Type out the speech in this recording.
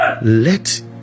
Let